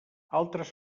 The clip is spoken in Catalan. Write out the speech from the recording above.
altres